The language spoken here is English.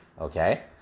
okay